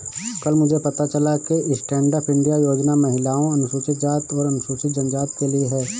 कल मुझे पता चला कि स्टैंडअप इंडिया योजना महिलाओं, अनुसूचित जाति और अनुसूचित जनजाति के लिए है